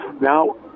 Now